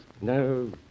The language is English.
No